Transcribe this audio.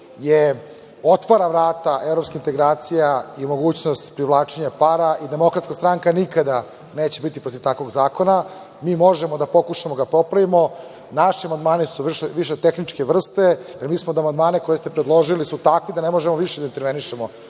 otvara vrata evropskih integracija i mogućnost privlačenja para i DS nikada neće biti protiv takvog zakona. Mi možemo da pokušamo da ga popravimo. Naši amandmani su više tehničke vrste, jer mislimo da amandmani koje ste predložili su takvi da ne možemo više da intervenišemo